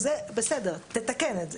אז זה בסדר, תתקן את זה.